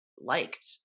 liked